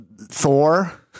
Thor